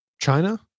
China